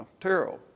Terrell